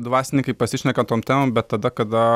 dvasininkai pasišneka tom temom bet tada kada